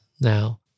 now